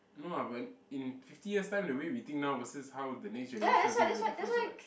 no lah but in fifty years time the way we think now versus how the next generation think is very different also [what]